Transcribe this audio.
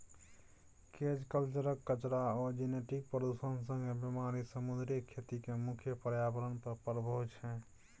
cage कल्चरक कचरा आ जेनेटिक प्रदुषण संगे बेमारी समुद्री खेतीक मुख्य प्रर्याबरण पर प्रभाब छै